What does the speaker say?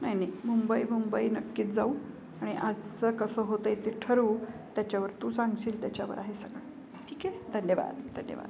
नाही नाही मुंबई मुंबई नक्कीच जाऊ आणि आजचं कसं होतं आहे ते ठरवू त्याच्यावर तू सांगशील त्याच्यावर आहे सगळं ठीक आहे धन्यवाद धन्यवाद